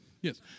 Yes